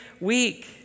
week